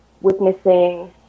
witnessing